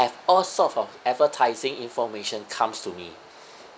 have all sorts of advertising information comes to me